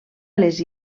les